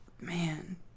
Man